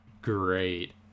great